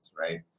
right